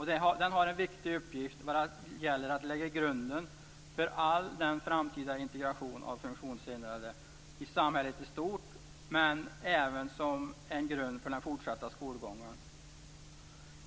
Den har en viktig uppgift i fråga om att lägga grunden för all framtida integrering av funktionshindrade i samhället i stort men även som en grund för den fortsatta skolgången.